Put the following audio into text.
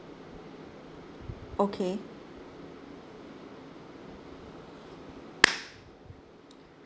okay